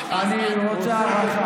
אני רוצה הארכה.